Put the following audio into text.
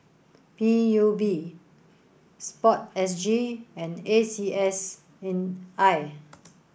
P U B sport S G and A C S and I